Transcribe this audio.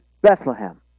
Bethlehem